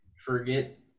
Forget